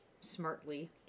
smartly